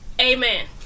Amen